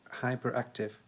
hyperactive